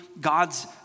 God's